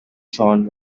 john